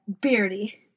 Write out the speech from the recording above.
Beardy